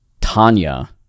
Tanya